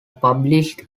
published